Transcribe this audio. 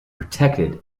protected